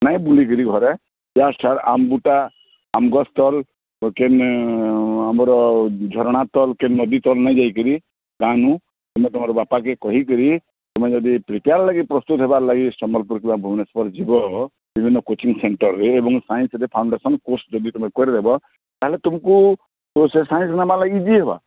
ନାଇଁ ବୁଲିକରି ଘରେ ଇୟାଡ଼୍ ସିୟାଡ଼୍ ଆଙ୍ଗୁଠା ଅମୁକ ସ୍ଥଲ୍ କେନ୍ ଆମର ଝରଣା ତଲ୍କେ ନଦୀ ତଲ୍ ନାଇ ଯାଇକିରି ତାନୁ ତୁମେ ତୁମର୍ ବାପାକେ କହିକିରି ତମେ ଯଦି ପ୍ରିପେୟାର୍ ଲାଗି ପ୍ରସ୍ତୁତ ହେବା ଲାଗି ସମ୍ୱଲପୁର କି ଭୁବନେଶ୍ୱର ଯିବ ବିଭିନ୍ନ କୋଚିଂ ସେଣ୍ଟରରେ ଏବଂ ସାଇନ୍ସରେ ଫାଉଣ୍ଡେସନ୍ କୋର୍ସ ଯଦି ତୁମେ କରିଦେବ ତାହାଲେ ତୁମ୍କୁ ସେ ସାଇନ୍ସ ନେବା ଲାଗି ଇଜି ହବ